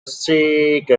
shake